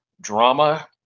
drama